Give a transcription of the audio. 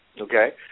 Okay